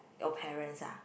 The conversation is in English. your parents ah